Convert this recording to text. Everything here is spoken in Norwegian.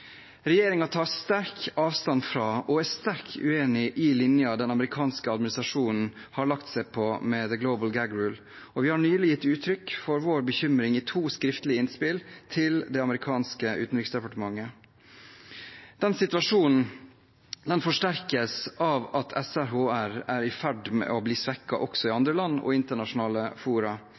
tar sterkt avstand fra, og er sterkt uenig i, linjen den amerikanske administrasjonen har lagt seg på med «the global gag rule», og vi har nylig gitt uttrykk for vår bekymring i to skriftlige innspill til det amerikanske utenriksdepartementet. Den situasjonen forsterkes av at SRHR er i ferd med å bli svekket også i andre land og i internasjonale fora.